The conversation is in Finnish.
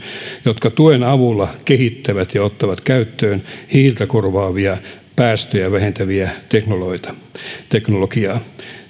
jotka tuen avulla kehittävät ja ottavat käyttöön hiiltä korvaavia ja päästöjä vähentäviä teknologioita